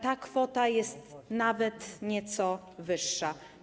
Ta kwota jest nawet nieco wyższa.